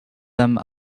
them